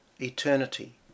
eternity